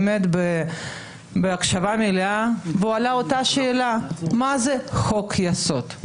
באמת הקשבה מלאה והוא העלה את אותה שאלה שהיא מה זה חוק יסוד.